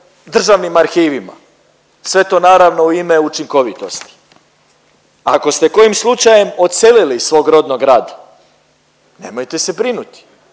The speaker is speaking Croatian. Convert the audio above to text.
Državnim arhivima. Sve to naravno u ime učinkovitosti. Ako ste kojim slučajem odselili iz svog rodnog grada, nemojte se brinuti,